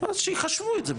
אז שיחשבו את זה,